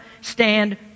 stand